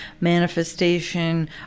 manifestation